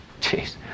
jeez